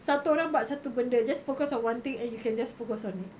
satu orang satu benda just focus on one thing and you can just focus on it